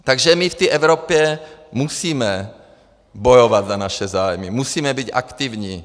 Takže my v té Evropě musíme bojovat za naše zájmy, musíme být aktivní.